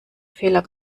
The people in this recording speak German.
fehler